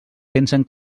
pensen